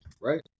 right